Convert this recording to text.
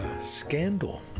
scandal